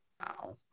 Wow